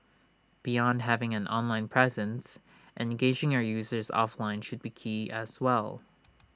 beyond having an online presence engaging your users offline should be key as well